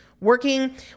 working